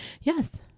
Yes